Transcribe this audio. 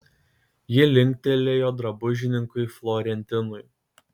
ji linktelėjo drabužininkui florentinui